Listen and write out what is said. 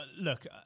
look